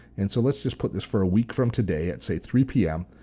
and so let's just put this for a week from today, at say three p m,